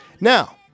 Now